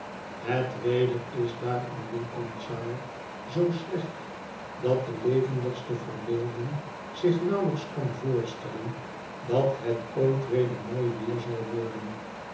het weder is daar in lincolnshire zoo slecht dat de levendigste verbeelding zich nauwelijks kan voorstellen dat het ooit weder mooi weer zal worden